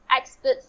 experts